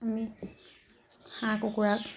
আমি হাঁহ কুকুৰাক